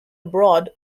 abroad